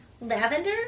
lavender